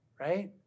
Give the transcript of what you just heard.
Right